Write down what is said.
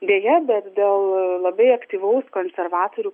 deja bet dėl labai aktyvaus konservatorių